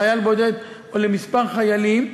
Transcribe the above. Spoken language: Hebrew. לחייל בודד או לכמה חיילים,